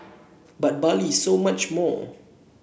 but Bali is so much more